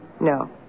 No